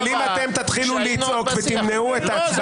אבל אם אתם תתחילו לצעוק ותמנעו את ההצבעה הבאה --- לא,